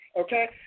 okay